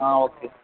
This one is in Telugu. ఓకే